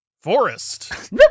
Forest